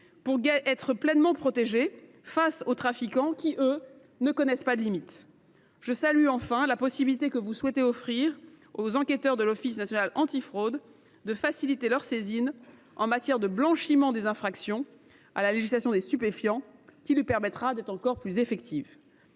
protéger pleinement face aux trafiquants qui, eux, ne connaissent pas de limites. Je salue aussi la possibilité que vous souhaitez offrir aux enquêteurs de l’Onaf de faciliter leur saisine en matière de blanchiment du produit des infractions à la législation des stupéfiants, qui lui permettra d’être encore pleinement